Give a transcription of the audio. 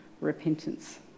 repentance